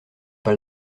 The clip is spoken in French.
pas